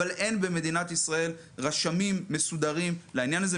אבל אין במדינת ישראל רשמים מסודרים לעניין הזה.